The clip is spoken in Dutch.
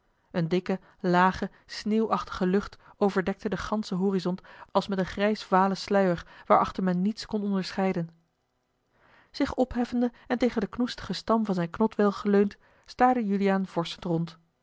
een dikke lage sneeuwachtige lucht overdekte den ganschen horizont als met een grijsvalen sluier waarachter men niets kon onderscheiden zich opheffende en tegen den knoestigen stam van zijn knotwilg geleund staarde juliaan vorschend rond